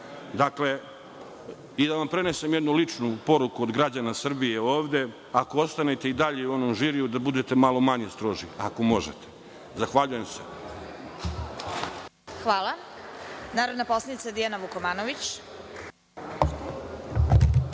Preneo bih vam i jednu ličnu poruku od građana Srbije ovde - ako ostanete i dalje u onom žiriju, da budete malo manje stroži, ako možete. Zahvaljujem se. **Vesna Kovač** Hvala. Narodna poslanica Dijana Vukomanović.